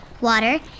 water